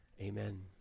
Amen